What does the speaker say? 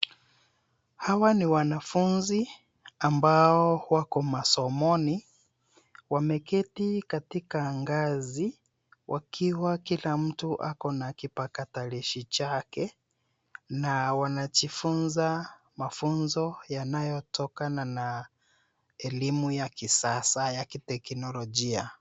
Hawa ni wanafunzi ambao wako masomoni. Wameketi katika ngazi wakiwa kila mtu ako na kipakatalishi chake na wanajifunza mafunzo yanayotokana na elimu ya kisasa ya kiteknolojia.